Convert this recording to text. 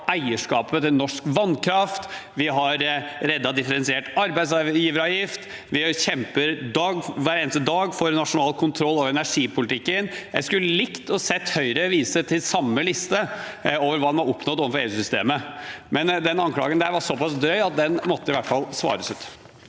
eierskapet til norsk vannkraft, eller at vi har reddet differensiert arbeidsgiveravgift. Vi kjemper hver eneste dag for nasjonal kontroll over energipolitikken. Jeg skulle likt å se Høyre vise til samme liste over hva man har oppnådd overfor EU-systemet. Den anklagen var såpass drøy at den i hvert fall måtte svares ut.